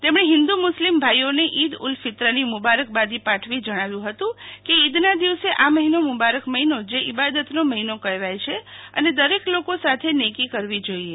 તેમને હિંદુ મુસ્લિમ ભાઈઓ ને ઈદ ઉલફિત્રની મુબારકબાદી પાઠવી જણાવ્યું હતું કે ઇદના દિવસે આ દિવસે આ મહિનો મુબારક મહિનો જે ઈબાદતનો મહિનો કહેવાય છે અને દરેક લોકો સાથે નેકી કરવી જોઈએ